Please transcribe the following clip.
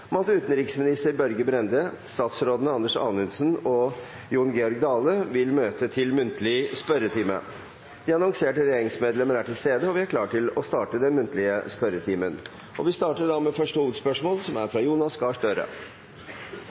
om at utenriksminister Børge Brende og statsrådene Anders Anundsen og Jon Georg Dale vil møte til muntlig spørretime. De annonserte regjeringsmedlemmer er til stede, og vi er klare til å starte den muntlige spørretimen. Vi starter med første hovedspørsmål, fra representanten Jonas Gahr Støre.